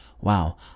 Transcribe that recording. wow